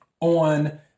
On